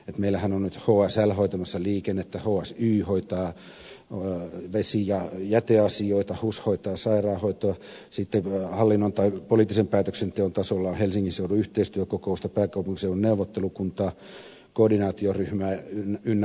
meillähän on nyt hsl hoitamassa liikennettä hsy hoitaa vesi ja jäteasioita hus hoitaa sairaanhoitoa sitten hallinnon tai poliittisen päätöksenteon tasolla on helsingin seudun yhteistyökokousta pääkaupunkiseudun neuvottelukuntaa koordinaatioryhmää ynnä muuta